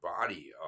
body